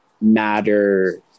matter